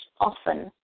often